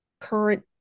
current